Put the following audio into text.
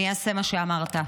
אני אעשה מה שאמרת.